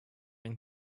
and